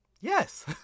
yes